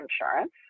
insurance